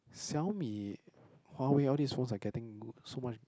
Xiaomi Huawei all these ones are getting so much